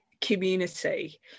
community